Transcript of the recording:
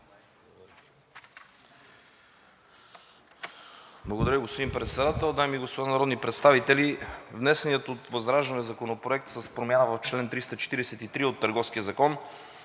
Благодаря, господин Председател. Дами и господа народни представители, внесеният от ВЪЗРАЖДАНЕ законопроект с промяна в чл. 343 от Търговския закон